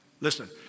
Listen